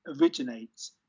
originates